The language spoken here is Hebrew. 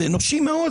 זה אנושי מאוד,